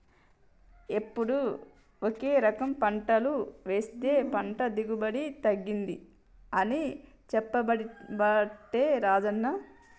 ఎప్పుడు ఒకే రకం పంటలు వేస్తె పంట దిగుబడి తగ్గింది అని చెప్పబట్టే రాజన్న